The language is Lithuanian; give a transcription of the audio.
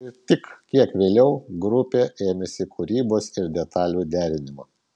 ir tik kiek vėliau grupė ėmėsi kūrybos ir detalių derinimo